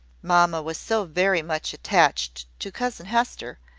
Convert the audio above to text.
mamma was so very much attached to cousin hester,